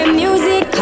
music